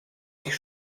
ich